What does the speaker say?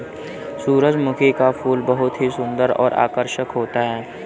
सुरजमुखी का फूल बहुत ही सुन्दर और आकर्षक होता है